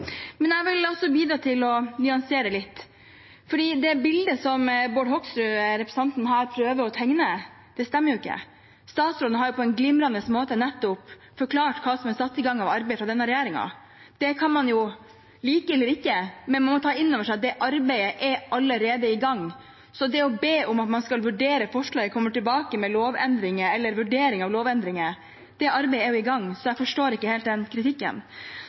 Men jeg vil også bidra til å nyansere litt, for det bildet som representanten Bård Hoksrud prøver å tegne, stemmer jo ikke. Statsråden har på en glimrende måte nettopp forklart hva som er satt i gang av arbeid fra denne regjeringen. Det kan man like eller ikke, men man må ta inn over seg at det arbeidet allerede er i gang. Å be om at man skal vurdere forslag, komme tilbake med lovendringer eller vurdering av lovendringer – det arbeidet er jo i gang, så jeg forstår ikke helt den kritikken.